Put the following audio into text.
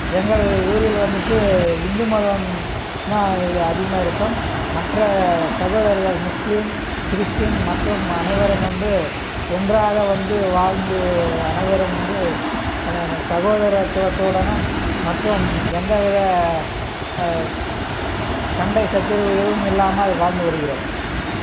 எங்கள் ஊரில் வந்துட்டு இந்து மதம் தான் அதிகமாக இருக்கும் மற்ற சகோதரர்கள் முஸ்லீம் கிறிஸ்ட்டின் மற்றும் அனைவரும் வந்து ஒன்றாக வந்து வாழ்ந்து அனைவரும் வந்து என என சகோதரத்துவத்துடனும் மற்றும் எந்தவித சண்டை சண்டை சச்சரவு எதுவும் இல்லாமல் வாழ்ந்து வருகிறோம்